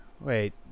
Wait